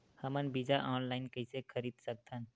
हमन बीजा ऑनलाइन कइसे खरीद सकथन?